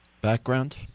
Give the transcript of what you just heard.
background